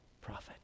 prophet